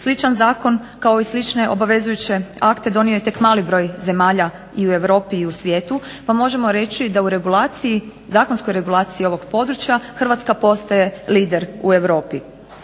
Sličan zakon kao i slične obavezujuće akte donio je tek mali broj zemalja i u Europi i u svijetu pa možemo reći da u zakonskoj regulaciji ovog područja Hrvatska postaje lider u Europi.